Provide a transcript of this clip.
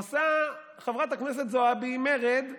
עושה חברת הכנסת זועבי מרד.